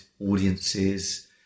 audiences